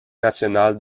national